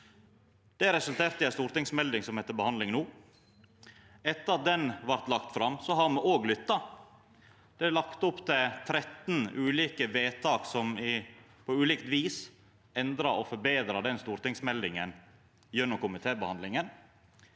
Det resulterte i ei stortingsmelding som er til behandling no. Også etter at meldinga blei lagt fram, har me lytta. Det er lagt opp til 13 ulike vedtak som på ulikt vis endrar og forbetrar stortingsmeldinga gjennom komitébehandlinga.